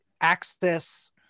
access